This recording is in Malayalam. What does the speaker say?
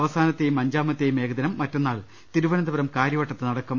അവസാനത്തെയും അഞ്ചാമത്തെയും ഏകദിനം മറ്റന്നാൾ തിരുവന്തപുരം കാര്യവട്ടത്ത് നടക്കും